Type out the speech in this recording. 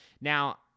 now